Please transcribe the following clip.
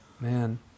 Man